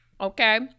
Okay